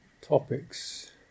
topics